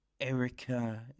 Erica